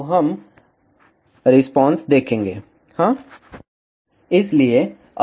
तो हम रिस्पांस देखेंगे हाँ